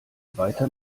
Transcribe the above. weiter